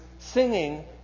singing